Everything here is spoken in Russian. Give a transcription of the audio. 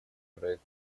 проект